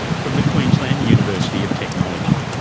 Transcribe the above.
from the queensland university of technology.